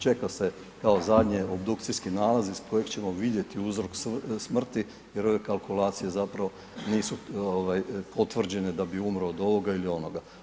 Čeka se kao zadnje obdukcijski nalaz iz kojeg ćemo vidjeti uzrok smrti jer ove kalkulacije zapravo nisu ovaj potvrđene da bi umro od ovoga ili onoga.